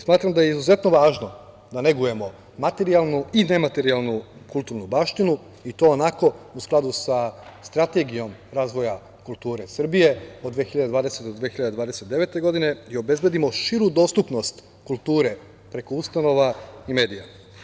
Smatram da je izuzetno važno da negujemo materijalnu i nematerijalnu kulturnu baštinu, i to u skladu sa Strategijom razvoja kulture Srbije od 2020. do 2029. godine i obezbedimo širu dostupnost kulture preko ustanova i medija.